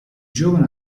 giovane